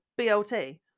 BLT